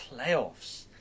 playoffs